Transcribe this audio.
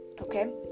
okay